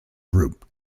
group